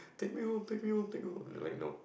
take me home take me home take me home they were like no